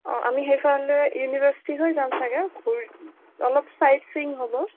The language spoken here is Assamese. অ' আমি সেইফালে ইউনিভাৰ্চিটি হৈ যাম চাগে ঘুৰি অলপ ছাইট ছিং হ'ব